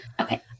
Okay